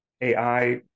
AI